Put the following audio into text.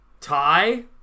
Tie